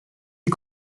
est